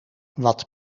wat